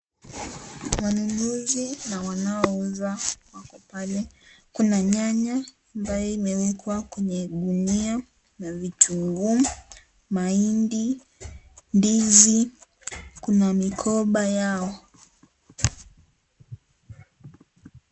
Wanunuzi na wanaouza pale, kuna nyanya ambayo imewekwa kwenye gunia na vitunguu, mahindi, ndizi, kuna mikoba yao.